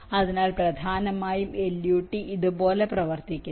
അതിനാൽ പ്രധാനമായും LUT ഇതുപോലെ പ്രവർത്തിക്കുന്നു